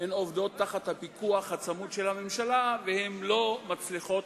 הן עובדות תחת הפיקוח הצמוד של הממשלה והן לא מצליחות